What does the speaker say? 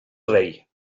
rei